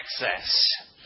access